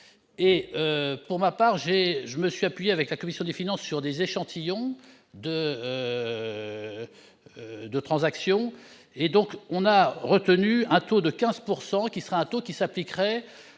Pour ma part, je me suis appuyé, avec la commission des finances, sur des échantillons de transactions. Nous avons retenu un taux de 15 %, qui s'appliquerait